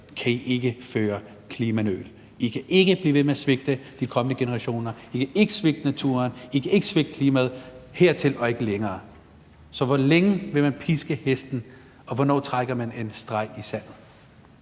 kan I ikke lave klimanøl, I kan ikke blive ved med at svigte de kommende generationer, I kan ikke svigte naturen, I kan ikke svigte klimaet, hertil og ikke længere? Hvor længe vil man piske hesten, og hvornår trækker man en streg i sandet?